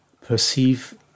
perceive